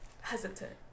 hesitant